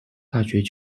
大学